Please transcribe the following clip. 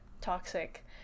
toxic